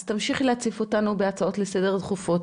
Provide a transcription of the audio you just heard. תמשיכי להציף אותנו בהסעות לסדר דחופות,